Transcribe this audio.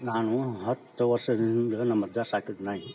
ನಾನೂ ಹತ್ತು ವರ್ಷದ ಹಿಂದೆ ನಮ್ಮಜ್ಜ ಸಾಕಿದ ನಾಯಿ